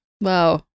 Wow